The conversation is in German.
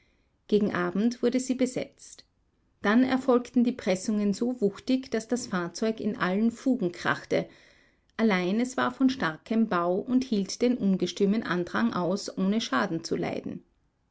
gegen abend wurde sie besetzt dann erfolgten die pressungen so wuchtig daß das fahrzeug in allen fugen krachte allein es war von starkem bau und hielt den ungestümen andrang aus ohne schaden zu leiden